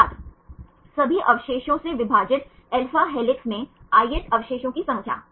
छात्र सभी अवशेषों से विभाजित alpha हेलिक्स में ith अवशेषों की संख्या